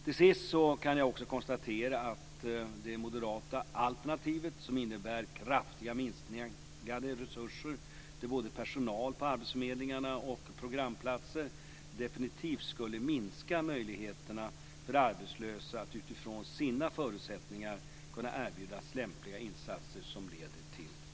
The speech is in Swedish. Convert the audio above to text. Till sist kan jag också konstatera att det moderata alternativet, som innebär kraftigt minskade resurser till både personal på arbetsförmedlingarna och programplatser, definitivt skulle minska möjligheterna för arbetslösa att utifrån sina förutsättningar kunna erbjudas lämpliga insatser som leder till jobb.